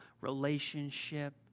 relationship